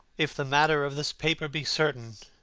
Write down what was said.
if the matter of this paper be certain,